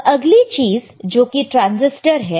अब अगली चीज जोकि ट्रांसिस्टर है